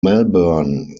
melbourne